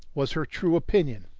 was her true opinion,